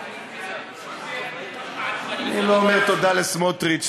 צריך להגיד תודה לסמוטריץ,